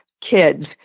kids